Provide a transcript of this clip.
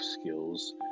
skills